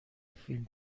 فیلم